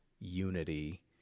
unity